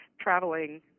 traveling